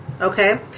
Okay